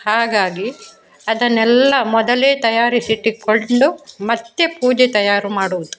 ಹಾಗಾಗಿ ಅದನ್ನೆಲ್ಲ ಮೊದಲೇ ತಯಾರಿಸಿಟ್ಟುಕೊಂಡು ಮತ್ತೆ ಪೂಜೆ ತಯಾರು ಮಾಡುವುದು